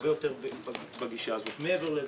חוקקתי את החוק בהיותי יושב-ראש ועדת המדע והטכנולוגיה.